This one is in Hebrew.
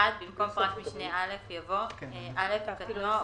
במקום פרט משנה (א) יבוא: "(א)קטנוע,